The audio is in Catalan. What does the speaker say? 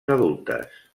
adultes